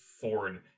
Ford